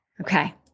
Okay